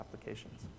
applications